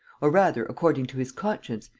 or rather according to his conscience,